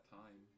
time